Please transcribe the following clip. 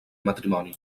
matrimoni